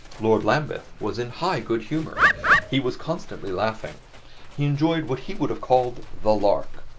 lord lambeth was in high good humor he was constantly laughing he enjoyed what he would have called the lark.